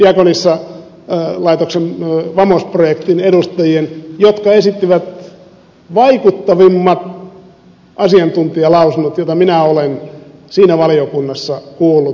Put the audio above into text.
diakonissalaitoksen vamos projektin edustajat esittivät vaikuttavimmat asiantuntijalausunnot joita minä olen siinä valiokunnassa kuullut